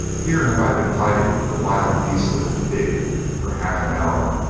here have i been fighting a wild beast of a pig for half an hour,